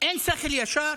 אין שכל ישר?